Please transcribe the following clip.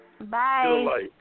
Bye